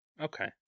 Okay